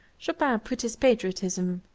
chopin put his patriotism,